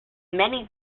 many